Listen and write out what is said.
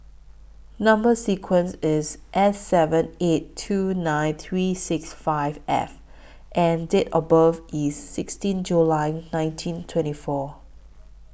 Number sequence IS S seven eight two nine three six five F and Date of birth IS sixteen July nineteen twenty four